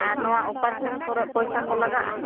ᱟᱨ ᱱᱚᱣᱟ ᱚᱯᱟᱨᱮᱥᱮᱱ ᱠᱚᱨᱮ ᱯᱚᱭᱥᱟ ᱠᱚ ᱞᱟᱜᱟᱜᱼᱟ